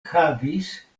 havis